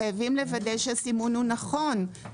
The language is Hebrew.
חייבים לוודא שהסימון הוא נכון.